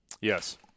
Yes